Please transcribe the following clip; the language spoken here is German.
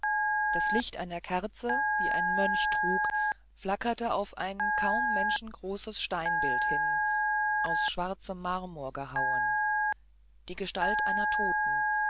das licht einer kerze die ein mönch trug flackerte auf ein kaum menschengroßes steinbild hin aus schwarzem marmor gehauen die gestalt einer toten